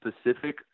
specific